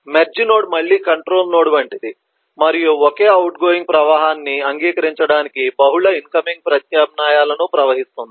merge node మళ్ళీ control node వంటిది మరియు ఒకే అవుట్గోయింగ్ ప్రవాహాన్ని అంగీకరించడానికి బహుళ ఇన్కమింగ్ ప్రత్యామ్నాయాలను ప్రవహిస్తుంది